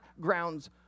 grounds